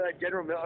General